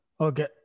Okay